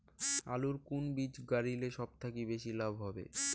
আলুর কুন বীজ গারিলে সব থাকি বেশি লাভ হবে?